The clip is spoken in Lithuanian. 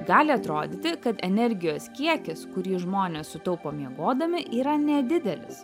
gali atrodyti kad energijos kiekis kurį žmonės sutaupo miegodami yra nedidelis